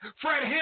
Fred